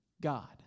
God